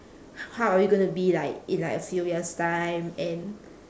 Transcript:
h~ how are we gonna be like in like a few years' time and